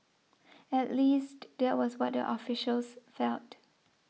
at least that was what the officials felt